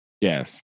Yes